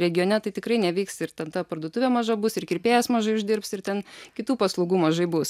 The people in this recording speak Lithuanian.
regione tai tikrai neveiks ir ten ta parduotuvė maža bus ir kirpėjas mažai uždirbs ir ten kitų paslaugų mažai bus